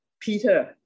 Peter